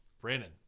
Brandon